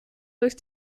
durch